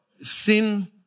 sin